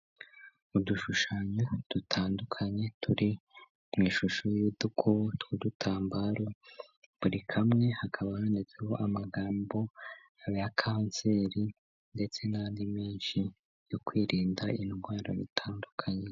Udushushanyo dutandukanye turi mu ishusho y'udukobo tw'udutambaro buri kamwe hakaba handitseho amagambo ya kanseri ndetse n'andi menshi yo kwirinda indwara zitandukanye.